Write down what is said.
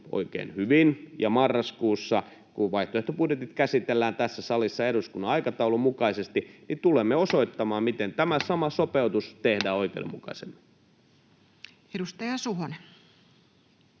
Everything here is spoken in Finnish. oikein hyvin, ja marraskuussa, kun vaihtoehtobudjetit käsitellään tässä salissa eduskunnan aikataulun mukaisesti, tulemme osoittamaan, miten tämä sama sopeutus tehdään oikeudenmukaisemmin. [Speech